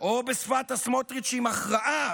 או בשפת הסמוטריצ'ים, הכרעה,